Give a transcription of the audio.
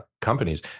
companies